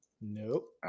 Nope